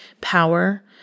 power